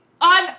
on